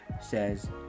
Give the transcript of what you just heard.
says